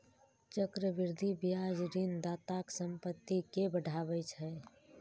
चक्रवृद्धि ब्याज ऋणदाताक संपत्ति कें बढ़ाबै छै